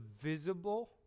visible